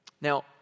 Now